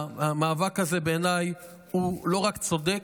והמאבק הזה בעיניי הוא לא רק צודק,